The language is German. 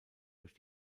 durch